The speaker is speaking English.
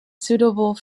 suitable